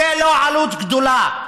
זאת לא עלות גדולה,